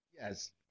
Yes